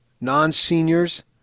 non-seniors